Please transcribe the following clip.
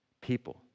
people